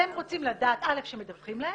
אתם רוצים לדעת: א' שמדווחים להם,